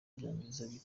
byangiza